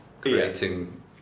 creating